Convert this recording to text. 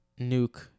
Nuke